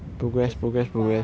that's if ah